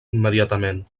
immediatament